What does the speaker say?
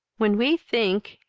when we think,